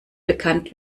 bekannt